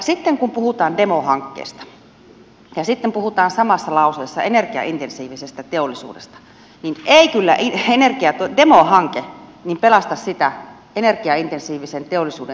sitten kun puhutaan demohankkeesta ja puhutaan samassa lauseessa energiaintensiivisestä teollisuudesta niin ei kyllä demohanke pelasta sitä energiaintensiivisen teollisuuden energiantarvetta